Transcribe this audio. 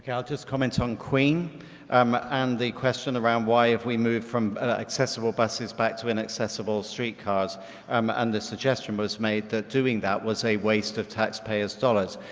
yeah i'll just comment on queen um and the question around why if we move from accessible buses back to inaccessible streetcars um and the suggestion was made that doing that was a waste of taxpayers dollars.